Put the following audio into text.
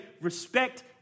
respect